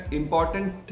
important